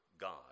God